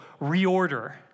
reorder